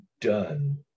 done